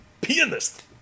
pianist